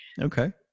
Okay